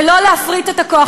ולא להפריט את הכוח,